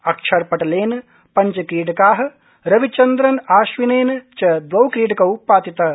अक्षरपटेलेन पञ्चक्रीडका रविचन्द्रअश्विनेन च द्वौ क्रीडकौ पातितौ